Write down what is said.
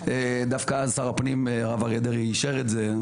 דווקא אז שר הפנים הרב אריה דרעי אישר את זה.